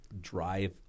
drive